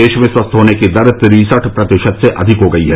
देश में स्वस्थ होने की दर तिरसठ प्रतिशत से अधिक हो गई है